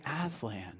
Aslan